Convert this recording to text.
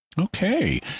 Okay